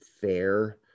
fair